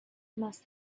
must